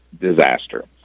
disaster